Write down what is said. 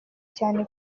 cyane